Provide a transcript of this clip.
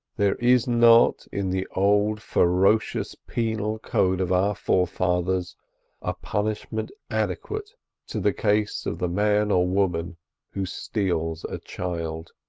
there is not in the old ferocious penal code of our forefathers a punishment adequate to the case of the man or woman who steals a child.